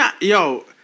Yo